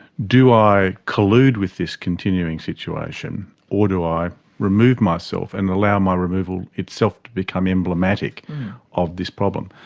do i collude with this continuing situation, or do i remove myself and allow my removal itself to become emblematic of this problem?